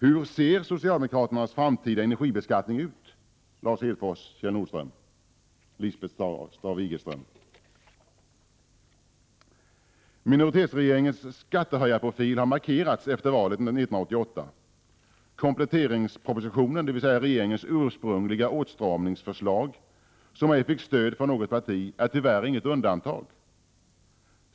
Hur ser socialdemokraternas framtida energibeskattning ut, Lars Hedfors, Kjell Nordström och Lisbeth Staaf-Igelström? Minoritetsregeringens skattehöjarprofil har markerats efter valet 1988. Kompletteringspropositionen, dvs. regeringens ursprungliga åtstramningsförslag som ej fick stöd från något parti, är tyvärr inget undantag.